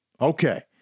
Okay